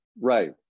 right